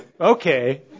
okay